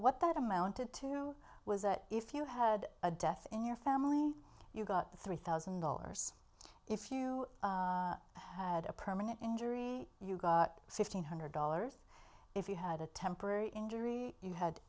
what that amounted to was that if you had a death in your family you got three thousand dollars if you had a permanent injury you got fifteen hundred dollars if you had a temporary injury you had